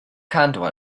candle